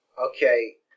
Okay